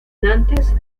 nantes